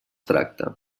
tracta